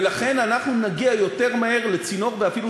ולכן אנחנו נגיע יותר מהר לצינור ואפילו